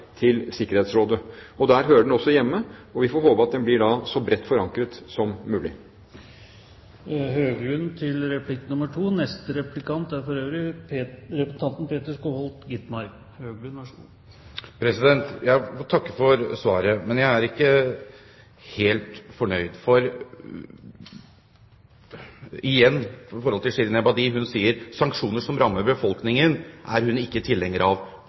til Sikkerhetsrådet. Der hører den også hjemme. Vi får håpe at den blir så bredt forankret som mulig. Jeg får takke for svaret, men jeg er ikke helt fornøyd. Shirin Ebadi sier at sanksjoner som rammer befolkningen, er hun ikke tilhenger av. Politiske sanksjoner kan ha noe for seg fordi de rammer regimet. Vi har bl.a. hatt slike sanksjoner